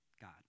God